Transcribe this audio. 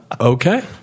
okay